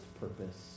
purpose